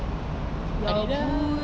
adidas